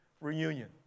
Reunion